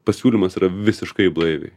pasiūlymas yra visiškai blaiviai